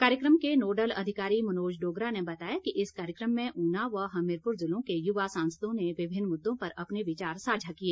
कार्यक्रम के नोडल अधिकारी मनोज डोगरा ने बताया कि इस कार्यक्रम में ऊना व हमीरपुर जिलों के युवा सांसदों ने विभिन्न मुद्दों पर अपने विचार सांझा किए